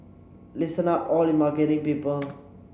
listen up all you marketing people